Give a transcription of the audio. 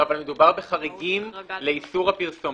אבל מדובר בחריגים לאיסור הפרסומת.